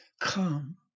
come